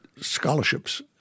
scholarships